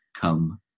come